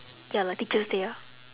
ya like teachers' day ah